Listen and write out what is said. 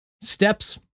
steps